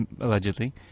Allegedly